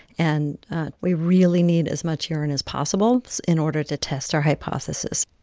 and we really need as much urine as possible in order to test our hypothesis.